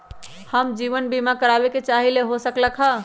हम जीवन बीमा कारवाबे के चाहईले, हो सकलक ह?